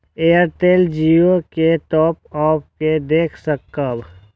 Airtel Jio के top up के देख सकब?